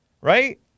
Right